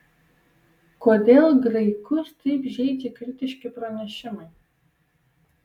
kodėl graikus taip žeidžia kritiški pranešimai